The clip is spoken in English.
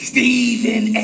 Stephen